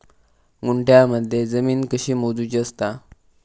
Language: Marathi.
गुंठयामध्ये जमीन कशी मोजूची असता?